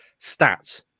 stats